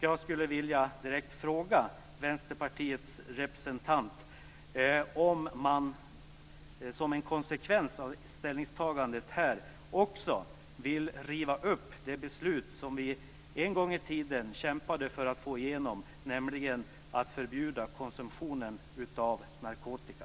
Jag skulle vilja direkt fråga Vänsterpartiets representant: Vill man som en konsekvens att ställningstagandet här också riva upp det beslut som vi en gång i tiden kämpade för att få igenom, nämligen att förbjuda konsumtion av narkotika?